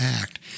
act